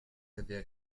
avez